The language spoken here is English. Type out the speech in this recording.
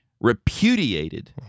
repudiated